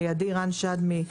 לידי יושב רן שדמי,